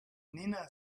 nina